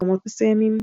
מקומות מסוימים.